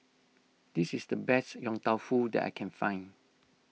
this is the best Yong Tau Foo that I can find